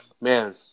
man